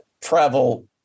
travel